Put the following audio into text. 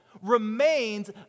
remains